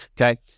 Okay